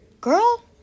Girl